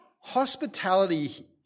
hospitality